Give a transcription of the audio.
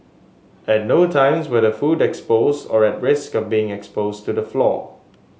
at no times were the food exposed or at risk of being exposed to the floor